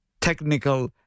technical